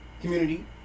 community